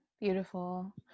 beautiful